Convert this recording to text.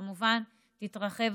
וכמובן הוא יתרחב,